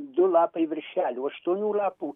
du lapai viršelių aštuonių lapų